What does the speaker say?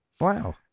wow